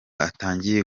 atangiye